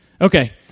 okay